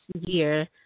year